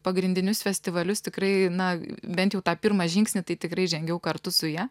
pagrindinius festivalius tikrai na bent jau tą pirmą žingsnį tai tikrai žengiau kartu su ja